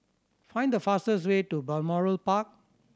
find the fastest way to Balmoral Park